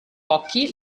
occhi